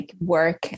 work